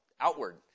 outward